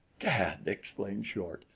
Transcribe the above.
gad, exclaimed short,